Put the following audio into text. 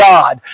God